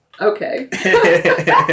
Okay